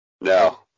No